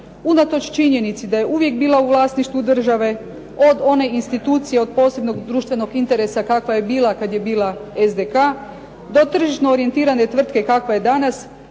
unatoč činjenici da je uvijek bila u vlasništvu države, od one institucije od posebnog društvenog interesa onda kada je bila kada je bila SDK do tržišne orijentirane tvrtke kakva je danas